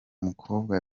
mukobwa